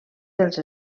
dels